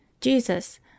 Jesus